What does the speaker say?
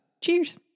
Cheers